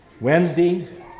Wednesday